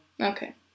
Okay